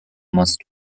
must